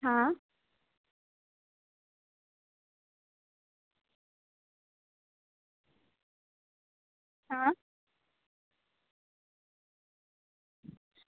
હા